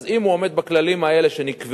אז אם הוא עומד בכללים האלה שנקבעו,